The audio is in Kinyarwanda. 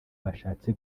bashatse